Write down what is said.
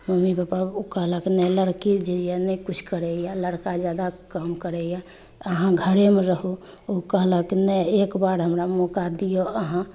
mummy papa ओ कहलक नहि लड़की जे अइ नहि किछु करैए लड़का ज्यादा काम करैए अहाँ घरेमे रहू ओ कहलक नहि एकबेर हमरा मौका दिअऽ अहाँ